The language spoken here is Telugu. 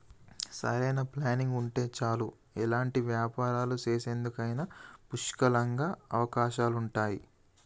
సరైన ప్లానింగ్ ఉంటే చాలు ఎలాంటి వ్యాపారాలు చేసేందుకైనా పుష్కలంగా అవకాశాలుంటయ్యి